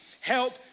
help